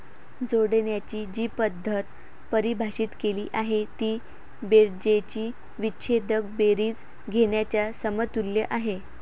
जोडण्याची जी पद्धत परिभाषित केली आहे ती बेरजेची विच्छेदक बेरीज घेण्याच्या समतुल्य आहे